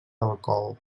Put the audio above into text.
alcohol